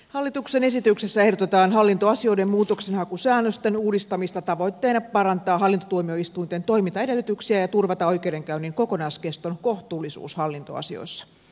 hallituksen esityksessä ehdotetaan hallintoasioiden muutoksenhakusäännösten uudistamista tavoitteena parantaa hallintotuomioistuinten toimintaedellytyksiä ja turvata oikeudenkäynnin kokonaiskeston kohtuullisuus hallintoasioissa